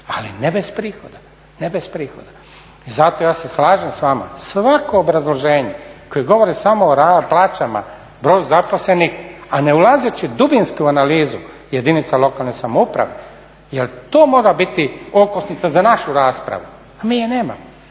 ali ne bez prihoda. Zato ja se slažem s vama, svako obrazloženje koji govori samo o plaćama, broju zaposlenih, a ne ulazeći dubinski u analizu jedinica lokalne samouprave jer to mora biti okosnica za našu raspravu, a mi je nemamo.